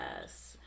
yes